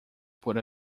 por